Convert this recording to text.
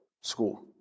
school